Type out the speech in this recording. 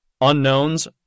Unknowns